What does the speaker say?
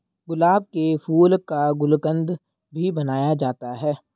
गुलाब के फूल का गुलकंद भी बनाया जाता है